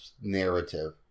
narrative